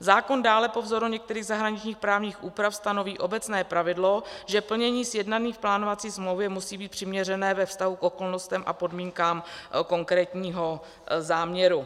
Zákon dále po vzoru některých zahraničních právních úprav stanoví obecné pravidlo, že plnění sjednané v plánovací smlouvě musí být přiměřené ve vztahu k okolnostem a podmínkám konkrétního záměru.